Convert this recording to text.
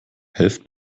helft